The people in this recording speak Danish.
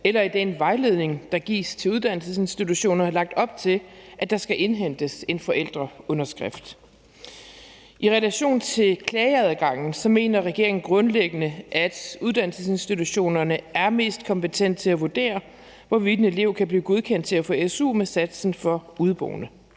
eller i den vejledning, der gives til uddannelsesinstitutioner, lagt op til, at der skal indhentes en forældreunderskrift. I relation til klageadgangen mener regeringen grundlæggende, at uddannelsesinstitutionerne er mest kompetente til at vurdere, hvorvidt en elev kan blive godkendt til at få su med satsen for udeboende.